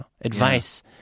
advice